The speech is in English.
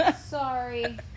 Sorry